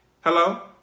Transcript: Hello